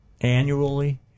annually